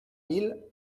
mille